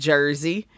Jersey